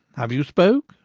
have you spoke?